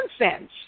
nonsense